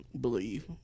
believe